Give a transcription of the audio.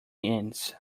ends